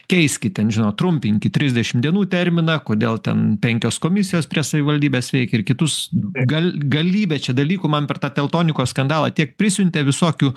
keiskit ten žinot trumpinkit trisdešimt dienų terminą kodėl ten penkios komisijos prie savivaldybės veikia ir kitus gal galybė čia dalykų man per tą teltonikos skandalą tiek prisiuntė visokių